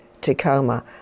Tacoma